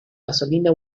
gasolina